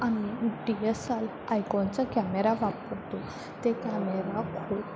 आम्ही D S L आयकोनचा camera वापरतो ते कॅमेरा खूप